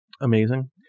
Amazing